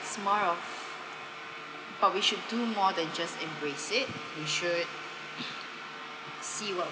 it's more of but we should do more than just embrace it we should see what